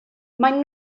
maen